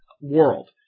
world